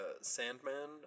Sandman